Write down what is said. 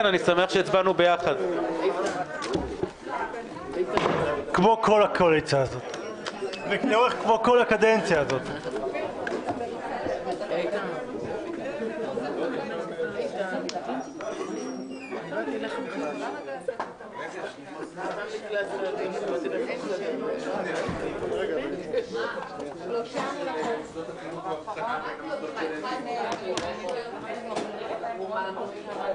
17:01.